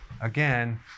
again